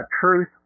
Truth